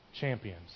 champions